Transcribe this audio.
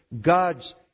God's